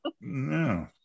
no